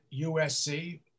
USC